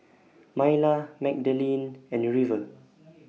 Myla Magdalene and River